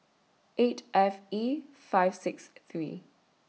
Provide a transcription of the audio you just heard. eight F E five six three